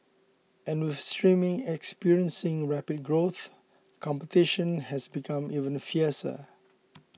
and with streaming experiencing rapid growth competition has become even fiercer